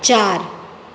ચાર